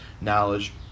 knowledge